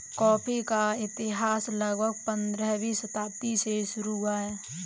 coffee का इतिहास लगभग पंद्रहवीं शताब्दी से शुरू हुआ है